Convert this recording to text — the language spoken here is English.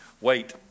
wait